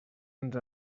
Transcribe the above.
ens